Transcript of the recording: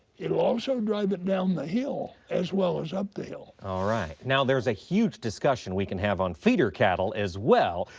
it will also drive it down the hill as well as up the hill. pearson alright. now, there is a huge discussion we can have on feeder cattle as well.